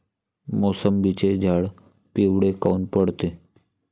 मोसंबीचे झाडं पिवळे काऊन पडते?